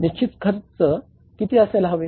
निश्चित खर्च किती असायला हवे